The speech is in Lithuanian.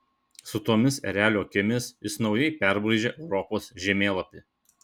su tomis erelio akimis jis naujai perbraižė europos žemėlapį